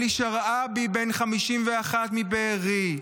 אלי שרעבי, בן 51, מבארי,